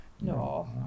No